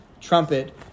trumpet